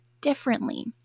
differently